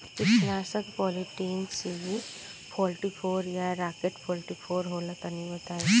कीटनाशक Polytrin C forty four या Rocket forty four होला तनि बताई?